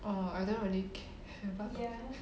oh I don't really care